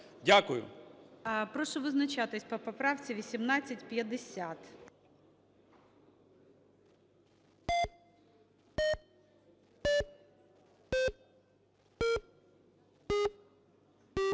Дякую. Я прошу визначатися по поправці 1852.